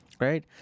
right